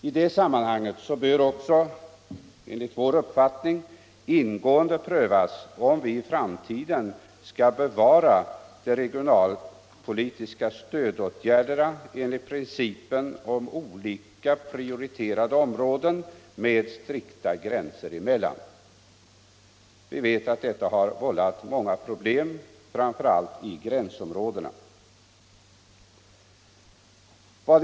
I det sammanhanget bör också enligt vår uppfattning ingående prövas om vi i framtiden skall basera regionalpolitiska stödåtgärder på principen om olika prioriterade områden med strikta gränser. Detta har vållat många problem, framför allt i gränsområdena.